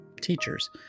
teachers